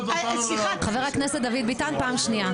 --- חבר הכנסת דוד ביטן, פעם אחרונה.